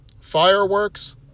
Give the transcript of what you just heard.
fireworks